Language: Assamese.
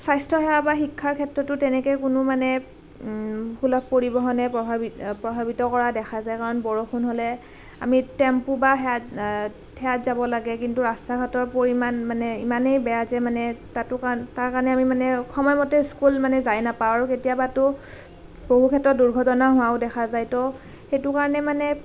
স্বাস্থ্য সেৱা বা শিক্ষাৰ ক্ষেত্ৰতো তেনেকৈ কোনো মানে সুলভ পৰিবহণে প্ৰভাৱিত কৰা দেখা যায় কাৰণ বৰষুণ হ'লে আমি টেম্প' বা সেয়াত সেয়াত যাব লাগে কিন্তু ৰাস্তা ঘাটৰ পৰিমাণ মানে ইমানেই বেয়া যে মানে তাতো তাৰ কাৰণে আমি মানে সময়মতে স্কুল যাই নাপাওঁ আৰু কেতিয়াবাতো বহু ক্ষেত্ৰত দুৰ্ঘটনা হোৱাও দেখা যায় তো সেইটো কাৰণে মানে